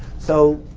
so,